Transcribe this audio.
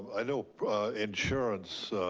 i know insurance,